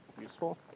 useful